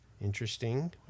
Interesting